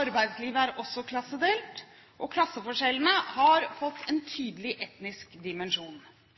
arbeidslivet er også klassedelt, og klasseforskjellene har fått en tydelig etnisk dimensjon.